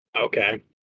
Okay